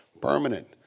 permanent